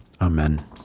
Amen